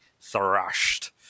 thrashed